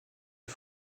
les